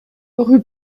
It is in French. rue